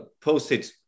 posted